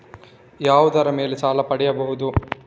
ಯಾವುದರ ಮೇಲೆ ಸಾಲ ಪಡೆಯಬಹುದು?